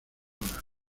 horas